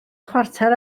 chwarter